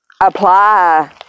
apply